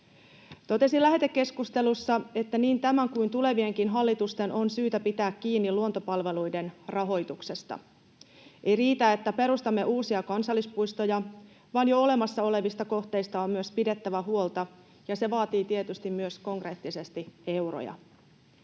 Totesin lähetekeskustelussa, että niin tämän kuin tulevienkin hallitusten on syytä pitää kiinni luontopalveluiden rahoituksesta. Ei riitä, että perustamme uusia kansallispuistoja, vaan jo olemassa olevista kohteista on myös pidettävä huolta, ja se vaatii tietysti myös konkreettisesti euroja.